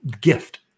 gift